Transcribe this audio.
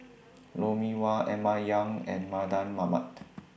Lou Mee Wah Emma Yong and Mardan Mamat